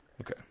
okay